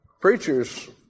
Preachers